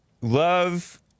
Love